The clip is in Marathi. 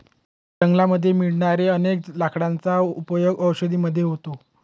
जंगलामध्ये मिळणाऱ्या अनेक लाकडांचा उपयोग औषधी मध्ये होतो